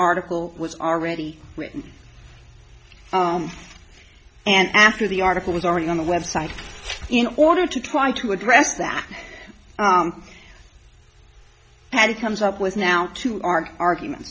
article was already written and after the article was already on the website in order to try to address that and it comes up with now to our arguments